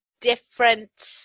different